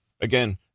Again